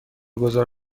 گذار